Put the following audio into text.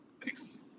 Thanks